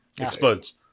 explodes